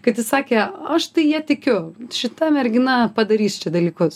kad jis sakė aš tai ja tikiu šita mergina padarys čia dalykus